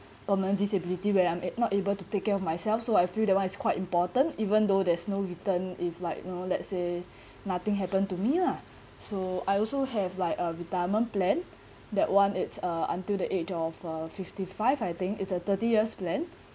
or my disability when I'm not able to take care of myself so I feel that one is quite important even though there's no return if like you know let's say nothing happen to me lah so I also have like a retirement plan that one it's uh until the age of uh fifty five I think it's a thirty years plan